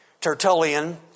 Tertullian